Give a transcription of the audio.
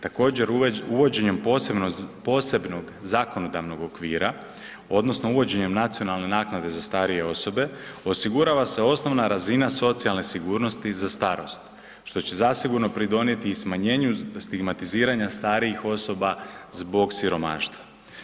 Također uvođenjem posebnog zakonodavnog okvira odnosno uvođenjem nacionalne naknade za starije osobe osigurava se osnovna razina socijalne sigurnosti za starost što će zasigurno pridonijeti i smanjenju stigmatiziranja starijih osoba zbog siromaštva.